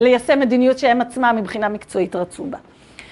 ליישם מדיניות שהם עצמם מבחינה מקצועית רצו בה.